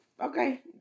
okay